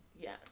yes